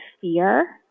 fear